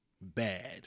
bad